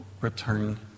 return